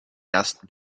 ersten